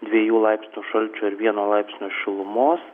dviejų laipsnių šalčio ir vieno laipsnio šilumos